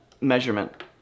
measurement